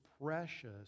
precious